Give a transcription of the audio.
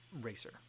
racer